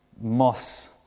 moss